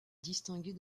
distinguée